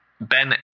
Ben